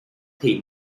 thì